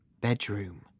bedroom